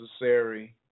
necessary